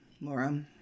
Laura